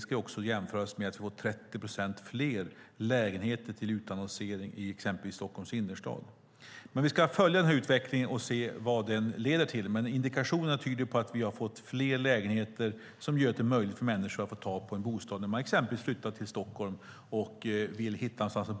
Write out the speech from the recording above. ska jämföras med att vi har fått 30 procent fler lägenheter till utannonsering i exempelvis Stockholms innerstad. Vi ska följa den här utvecklingen och se vad den leder till, men indikationerna tyder på att vi har fått fler lägenheter som gör det möjligt för människor att få tag på en bostad när man exempelvis flyttar till Stockholm och vill hitta någonstans att bo.